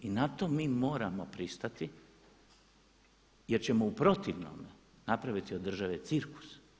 I na to mi moramo pristati jer ćemo u protivnome napraviti od države cirkus.